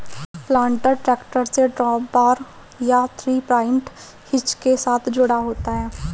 planter tractor से drawbar या three point hitch के साथ जुड़ा होता है